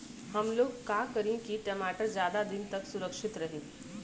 हमलोग का करी की टमाटर ज्यादा दिन तक सुरक्षित रही?